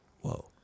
Whoa